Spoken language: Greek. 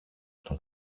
τον